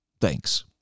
Thanks